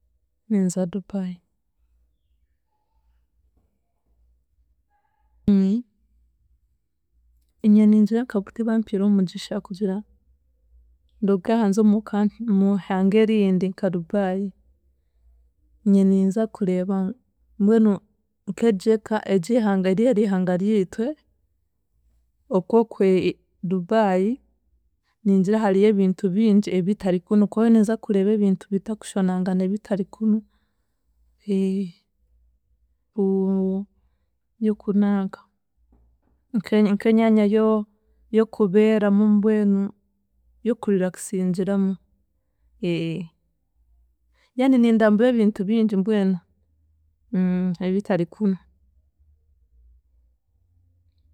Ninza Dubai, naanye ningira nka buti bampiire omugisha kugira ndugaaha nze omu country mu hanga erindi nka Dubai, naanye ninza kureeba mbwenu nk'egyeka egihanga eryeri ihanga ryitu, okwokwe Dubai, ningira hariyo ebintu bingi ebitarikunu kuba ninza kureeba ebintu bitakushwanangana ebitari kunu, ku ryoku nanka nke- nk'enyanya yo- y'okubeeramu mbwenu y'okurelaxingiramu then nindambura ebintu bingi mbwenu ebitari kuni.